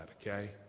okay